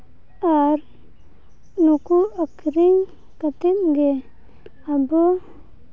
ᱟᱨ ᱩᱱᱠᱩ ᱟᱹᱠᱷᱨᱤᱧ ᱠᱟᱛᱮᱫ ᱜᱮ ᱟᱵᱚ